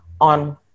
on